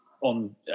on